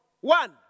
One